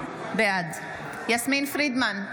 בעד יסמין פרידמן,